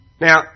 Now